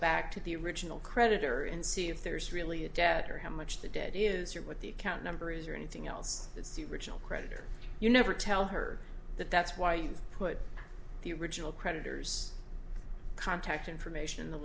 back to the original creditor and see if there's really a debt or how much the debt is or what the account number is or anything else it's the regional creditor you never tell her that that's why you put the original creditors contact information in the